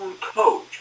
coach